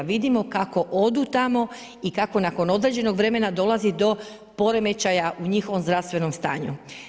Vidimo kako odu tamo i kako nakon određenog vremena dolazi do poremećaja u njihovom zdravstvenom stanju.